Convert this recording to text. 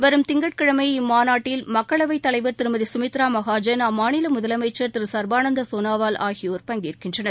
வரும் திங்கட்கிழமை இம்மாநாட்டில் மக்களவை தலைவர் திருமதி சுமித்ரா மகாஜன் அம்மாநில முதலமைச்சர் சர்பானந்த சோனவால் ஆகியோர் பங்கேற்கின்றனர்